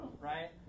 right